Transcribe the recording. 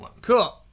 Cool